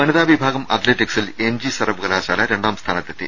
വനിതാവിഭാഗം അത്ലറ്റിക്സിൽ M G സർവകലാശാല രണ്ടാം സ്ഥാനത്തെത്തി